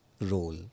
role